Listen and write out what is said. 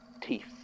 teeth